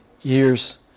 years